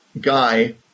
guy